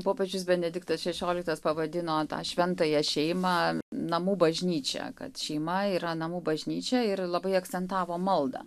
popiežius benediktas šešioliktas pavadino tą šventąją šeimą namų bažnyčia kad šeima yra namų bažnyčia ir labai akcentavo maldą